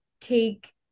take